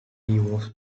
was